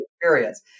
experience